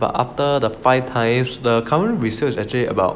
but after the five times the current resale actually about